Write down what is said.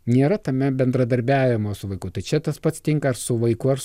nėra tame bendradarbiavimo su vaiku tai čia tas pats tinka ar su vaiku ar su